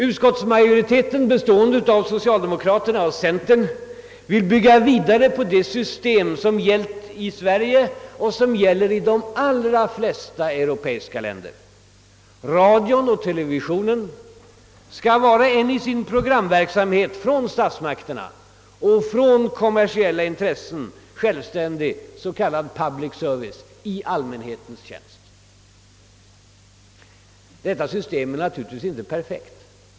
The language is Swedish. Utskottsmajoriteten, bestående av socialdemokrater och centerpartister, vill bygga vidare på det system som hittills tillämpats i Sverige och som används i de allra flesta europeiska länder: radion och televisionen skall i sin programverksamhet vara en gentemot statsmakterna och kommersiella intressen självständig s.k. public-service-inrättning. Detta system är naturligtvis inte perfekt.